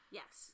yes